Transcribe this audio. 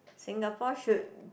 Singapore should